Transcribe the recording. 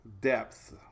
depth